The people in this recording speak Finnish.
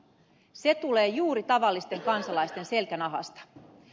se tulee juuri tavallisten kansalaisten selkänahasta